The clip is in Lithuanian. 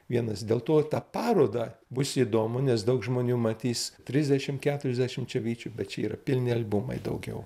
vienas dėl to tą parodą bus įdomu nes daug žmonių matys trisdešimt keturiasdešimčia vyčių bet čia yra pilni albumai daugiau